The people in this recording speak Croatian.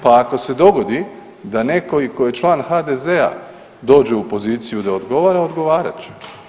Pa ako se dogodi da neko i ko je član HDZ-a dođe u poziciju da odgovara, odgovarat će.